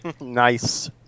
Nice